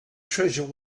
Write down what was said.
treasure